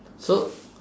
so